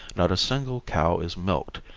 not a single cow is milked,